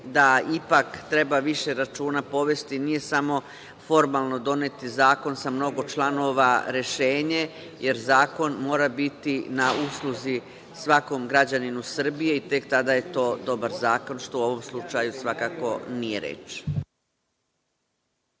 da ipak treba više računa povesti, nije samo formalno doneti zakon sa mnogo članova, rešenje, jer zakon mora biti na usluzi svakom građaninu Srbije i tek tada je to dobar zakon, što u ovom slučaju svakako nije reč.